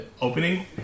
opening